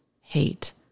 hate